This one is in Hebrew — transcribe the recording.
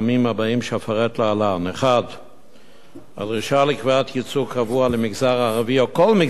שאפרט להלן: 1. דרישה לקביעת ייצוג קבוע למגזר הערבי או כל מגזר אחר